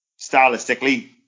stylistically